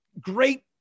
great